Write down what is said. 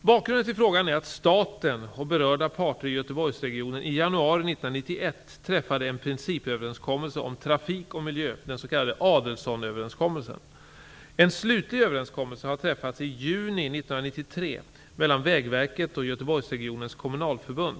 Bakgrunden till frågan är att staten och berörda parter i Göteborgsregionen i januari 1991 träffade en principöverenskommelse om trafik och miljö, den s.k. Adelsohnöverenskommelsen. En slutlig överenskommelse har träffats i juni 1993 mellan Vägverket och Göteborgsregionens kommunalförbund.